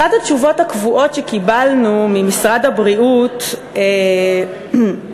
אחת התשובות הקבועות שקיבלנו ממשרד הבריאות כדי